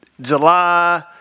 July